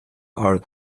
are